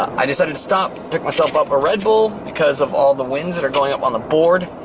i decided to stop, pick myself up a red bull because of all the wins that are going up on the board.